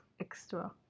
extra